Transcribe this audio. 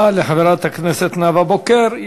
תודה לחברת הכנסת נאוה בוקר.